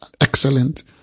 Excellent